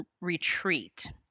retreat